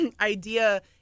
idea